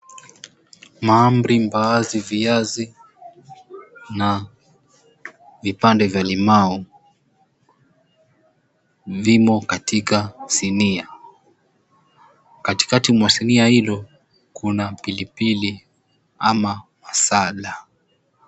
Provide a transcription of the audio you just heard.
Mahamri, mbaazi, viazi na vipande vya limau vimo katika sinia katikati kwa sinia hilo kuna pilipili ama masala.